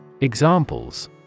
Examples